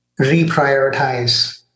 reprioritize